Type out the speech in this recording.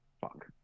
fuck